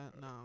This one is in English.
no